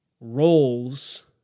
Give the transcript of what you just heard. roles